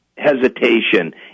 hesitation